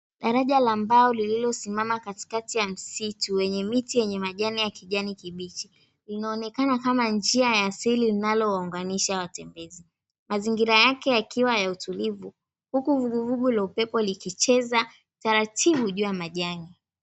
Daraja la mbao lililosimama katikati ya msitu wenye miti yenye kijani kibichi. Linaonekana kama njia ya asili linalowaunganisha watembezi. Mazingira yake yakiwa ya utulivu huku vuguvugu la upepo likicheza taratibu juu ya majani.